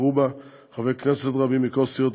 שנכחו בה חברי כנסת רבים מכל סיעות